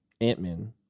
Ant-Man